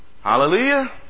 Hallelujah